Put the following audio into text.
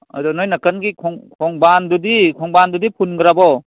ꯑꯗꯣ ꯅꯣꯏ ꯅꯥꯀꯜꯒꯤ ꯈꯣꯡ ꯈꯣꯡꯕꯥꯜꯗꯨꯗꯤ ꯈꯣꯡꯕꯥꯜꯗꯨꯗꯤ ꯐꯨꯟꯈ꯭ꯔꯕꯣ